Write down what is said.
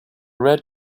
red